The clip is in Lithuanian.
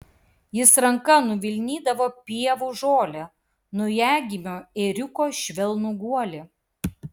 jis ranka nuvilnydavo pievų žolę naujagimio ėriuko švelnų guolį